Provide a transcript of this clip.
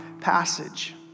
passage